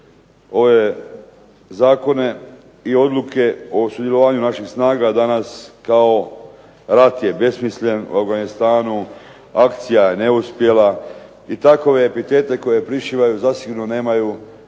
ove zakone, i odluke o sudjelovanju naših snaga danas kao rat je besmislen u Afganistanu, akcija je neuspjela i takove epitet koje prišivaju zasigurno nemaju